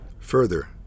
Further